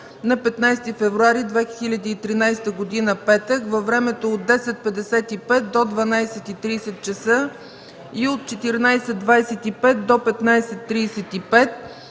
на 15 февруари 2013 г., петък, във времето от 10,55 до 12,30 часа и от 14,25 до 15,35